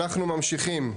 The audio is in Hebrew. אנחנו ממשיכים.